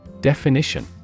Definition